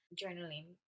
journaling